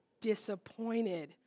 disappointed